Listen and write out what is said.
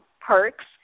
perks